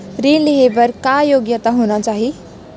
ऋण लेहे बर का योग्यता होना चाही?